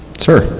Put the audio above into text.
sir.